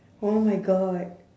oh my god